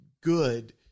good